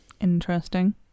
Interesting